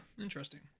Interesting